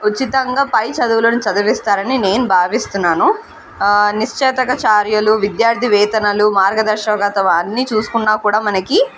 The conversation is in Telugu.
ఉచితంగా పై చదువులను చదివిస్తారని నేను భావిస్తున్నాను నిశ్చాతగ చార్యలు విద్యార్థి వేతనలు మార్గదర్శకత వా అన్నీ చూసుకున్నా కూడా మనకి